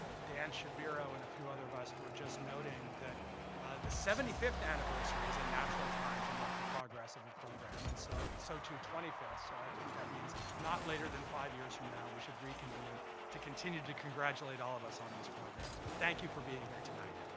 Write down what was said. dan shaviro and a few other of us were just noting that the seventy fifth anniversary is a natural time to mark the progress of a program, and so so, too, twenty fifth, so i think that means not later than five years from now, we should reconvene to continue to congratulate all of us on these programs. but thank you for being here tonight.